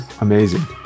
amazing